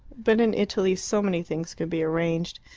but in italy so many things can be arranged.